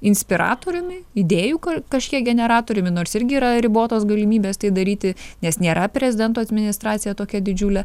inspiratoriumi idėjų kažkiek generatoriumi nors irgi yra ribotos galimybės tai daryti nes nėra prezidento administracija tokia didžiulė